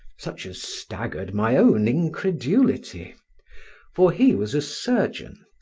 such as staggered my own incredulity for he was a surgeon,